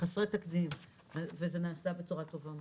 חסרי תקדים וזה נעשה בצורה טובה מאוד.